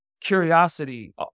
curiosity